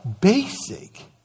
basic